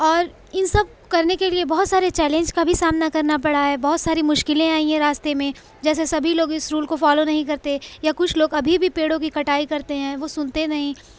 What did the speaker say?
اور ان سب کرنے کے لیے بہت سارے چیلینج کا بھی سامنا کرنا پڑا ہے بہت ساری مشکلیں آئی ہیں راستے میں جیسے سبھی لوگ اس رول کو فالو نہیں کرتے یا کچھ لوگ ابھی بھی پیڑوں کی کٹائی کرتے ہیں وہ سنتے نہیں